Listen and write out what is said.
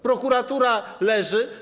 Prokuratura leży.